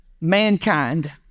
mankind